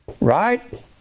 Right